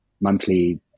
monthly